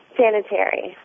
sanitary